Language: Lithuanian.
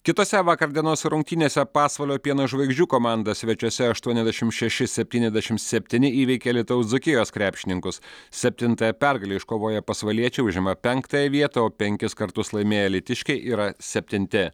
kitose vakar dienos rungtynėse pasvalio pieno žvaigždžių komanda svečiuose aštuoniasdešim šeši septyniasdešim septyni įveikė alytaus dzūkijos krepšininkus septintąją pergalę iškovoję pasvaliečiai užima penktąją vietą o penkis kartus laimėję alytiškiai yra septinti